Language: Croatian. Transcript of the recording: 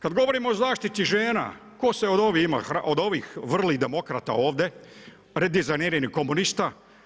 Kada govorimo o zaštiti žena, tko se od ovih vrlih demokrata ovdje, redizajniranih komunista?